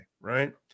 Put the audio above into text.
right